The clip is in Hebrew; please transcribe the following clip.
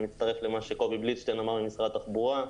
מצטרף למה שקובי בליטשטיין ממשרד התחבורה אמר.